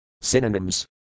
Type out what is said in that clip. Synonyms